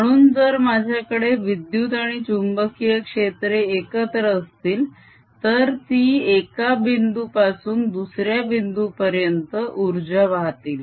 म्हणून जर माझ्याकडे विद्युत आणि चुंबकीय क्षेत्रे एकत्र असतील तर ती एका बिंदू पासून दुसऱ्या बिंदू पर्यंत उर्जा वाहतील